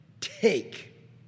take